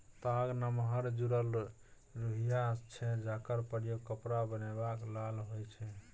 ताग नमहर जुरल रुइया छै जकर प्रयोग कपड़ा बनेबाक लेल होइ छै